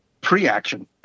pre-action